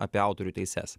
apie autorių teises